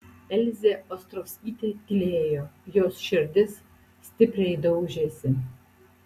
elzė ostrovskytė tylėjo jos širdis stipriai daužėsi